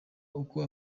uko